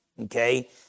Okay